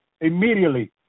immediately